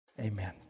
Amen